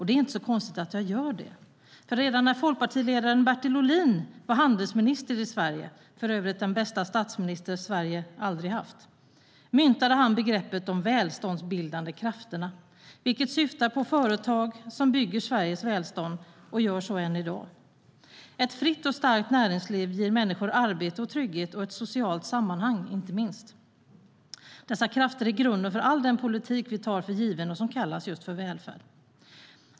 Det är inte så konstigt att jag gör det, för redan när folkpartiledaren Bertil Ohlin var handelsminister i Sverige - för övrigt den bästa statsminister Sverige aldrig haft - myntade han begreppet "de välståndsbildande krafterna", vilket syftade på de företag som bygger Sveriges välstånd och gör så än i dag. Ett fritt och starkt näringsliv ger människor arbete och trygghet och inte minst ett socialt sammanhang. Dessa krafter är grunden för all den politik vi tar för given och som kallas just välfärd.